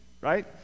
right